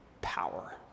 Power